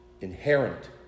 inherent